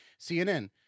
CNN